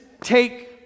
take